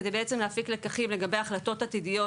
כדי להפיק לקחים לגבי החלטות עתידיות